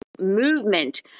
movement